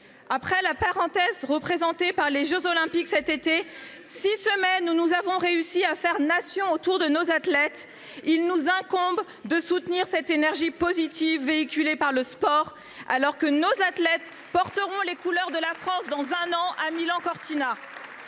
Après la parenthèse qu’ont représenté les jeux Olympiques cet été, six semaines au cours desquelles nous avons réussi à faire nation autour de nos athlètes, il nous incombe de soutenir l’énergie positive véhiculée par le sport, alors que nos athlètes défendront les couleurs de la France à Milan Cortina